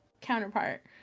counterpart